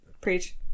Preach